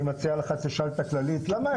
אני מציע לך שתשאל את הכללית,